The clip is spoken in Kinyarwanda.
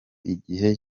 igihe